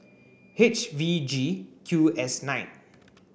H V G Q S nine